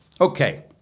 Okay